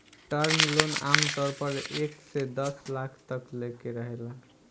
term loan आमतौर पर एक से दस साल तक लेके रहेला